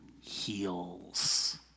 heals